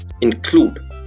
include